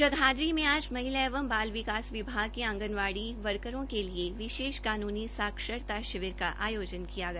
जगाधरी में आज महिला एवं बाल विकास विभाग की आंगनवाडी वर्करस के लिए विशेष कानुनी साक्षरता शिविर का आयोजन किया गया